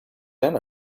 then